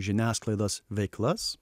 žiniasklaidos veiklas